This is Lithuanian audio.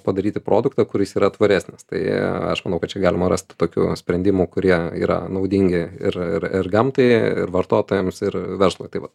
padaryti produktą kuris yra tvaresnis tai aš manau kad čia galima rasti tokių sprendimų kurie yra naudingi ir ir ir gamtai ir vartotojams ir verslui tai vat